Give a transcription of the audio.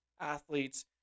athletes